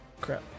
crap